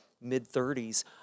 mid-30s